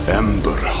ember